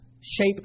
shape